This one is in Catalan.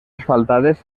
asfaltades